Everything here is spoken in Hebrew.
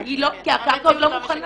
נכון, כי הקרקע עוד לא מוכנה.